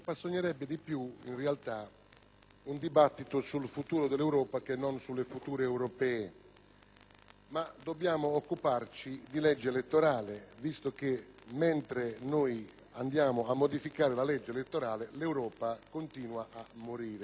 ma dobbiamo occuparci di legge elettorale, visto che, mentre ci accingiamo a modificarla, l'Europa continua a morire nel silenzio di tutti, inclusi coloro che l'hanno sempre solennemente sostenuta;